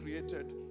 Created